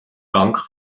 bank